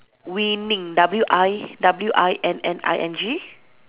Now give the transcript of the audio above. winning W I W I N N I N G